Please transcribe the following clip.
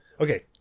okay